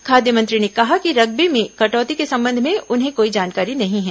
खाद्य मंत्री ने कहा कि रकबे में कटौती के संबंध में उन्हें कोई जानकारी नहीं है